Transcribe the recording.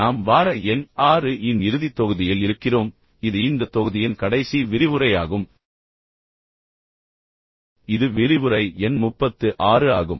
நாம் வார எண் 6 இன் இறுதி தொகுதியில் இருக்கிறோம் இது இந்த தொகுதியின் கடைசி விரிவுரையாகும் இது விரிவுரை எண் 36 ஆகும்